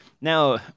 now